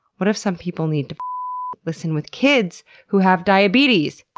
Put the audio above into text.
what if some people need to listen with kids who have diabetes!